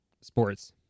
sports